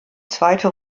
zweite